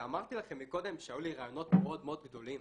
וכשאמרתי לכם מקודם שהיו לי רעיונות מאוד מאוד גדולים